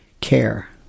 care